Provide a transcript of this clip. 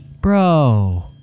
bro